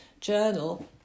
journal